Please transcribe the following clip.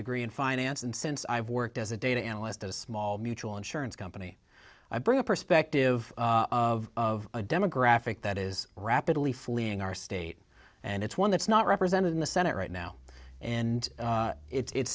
degree in finance and since i've worked as a data analyst at a small mutual insurance company i bring a perspective of a demographic that is rapidly fleeing our state and it's one that's not represented in the senate right now and